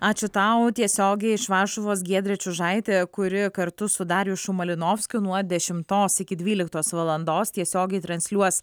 ačiū tau tiesiogiai iš varšuvos giedrė čiužaitė kuri kartu su darijušu malinovskiu nuo dešimtos iki dvyliktos valandos tiesiogiai transliuos